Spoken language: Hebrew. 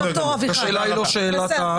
השאלה היא לא שאלת הסמכות.